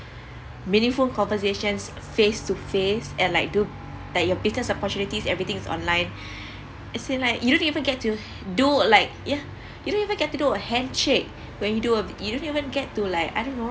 meaningful conversations face to face and like do like your biggest opportunities everything is online as in like you don't even get to do like yeah you don't even get to do a handshake when you do you don't even get to like I don't know